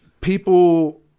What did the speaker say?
People